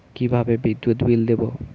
কিভাবে বিদ্যুৎ বিল দেবো?